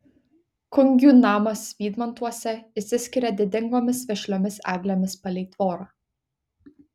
kungių namas vydmantuose išsiskiria didingomis vešliomis eglėmis palei tvorą